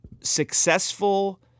successful